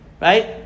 right